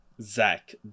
Zach